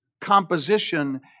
composition